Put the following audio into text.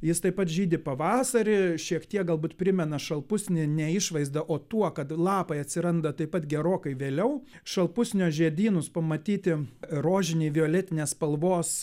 jis taip pat žydi pavasarį šiek tiek galbūt primena šalpusnį ne išvaizda o tuo kad lapai atsiranda taip pat gerokai vėliau šalpusnio žiedynus pamatyti rožiniai violetinės spalvos